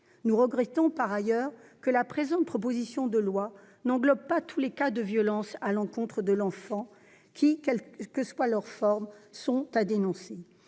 Nous regrettons par ailleurs que la présente proposition de loi ne traite pas de tous les cas de violence à l'encontre de l'enfant qui, quelle que soit leur forme, doivent être dénoncés.